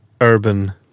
urban